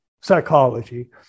psychology